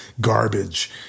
garbage